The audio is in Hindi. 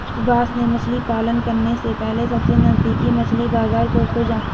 सुभाष ने मछली पालन करने से पहले सबसे नजदीकी मछली बाजार को खोजा